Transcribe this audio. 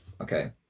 Okay